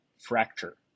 fracture